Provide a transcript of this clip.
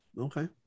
Okay